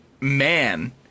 man